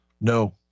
No